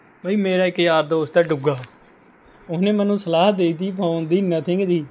ਬਈ ਮੇਰਾ ਇੱਕ ਯਾਰ ਦੋਸਤ ਹੈ ਡੁੱਗਾ ਉਹਨੇ ਮੈਨੂੰ ਸਲਾਹ ਦੇ ਦਿੱਤੀ ਫੋਨ ਦੀ ਨਥਿੰਗ ਦੀ